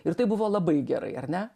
ir tai buvo labai gerai ar ne